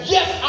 Yes